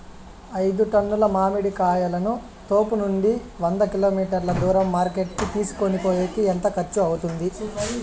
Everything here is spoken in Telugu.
ఐదు టన్నుల మామిడి కాయలను తోపునుండి వంద కిలోమీటర్లు దూరం మార్కెట్ కి తీసుకొనిపోయేకి ఎంత ఖర్చు అవుతుంది?